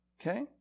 Okay